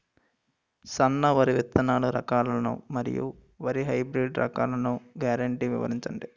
సన్న వరి విత్తనాలు రకాలను మరియు వరి హైబ్రిడ్ రకాలను గ్యారంటీ వివరించండి?